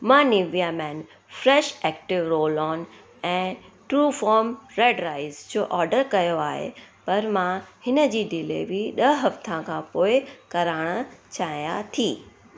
मां Nivea men fresh active roll on ऐं Truefarm red rice जो ऑर्डर कयो आहे पर मां इनजी डिलीवरी ॾह हफ़्ता खां पोइ कराइण चाहियां थी